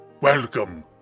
welcome